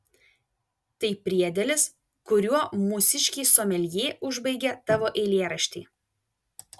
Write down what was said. tai priedėlis kuriuo mūsiškiai someljė užbaigė tavo eilėraštį